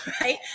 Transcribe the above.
right